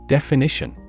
Definition